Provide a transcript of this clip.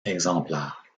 exemplaires